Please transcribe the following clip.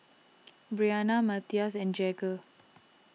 Bryanna Mathias and Jagger